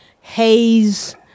Haze